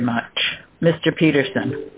very much mr peterson